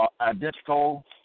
identical